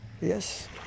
Yes